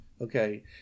Okay